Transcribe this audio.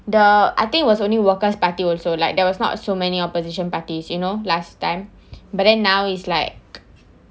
the I think it was only workers party also like there was not so many opposition parties you know last time but then now is like